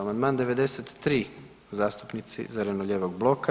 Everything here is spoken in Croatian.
Amandman 93. zastupnici zeleno-lijevog bloka.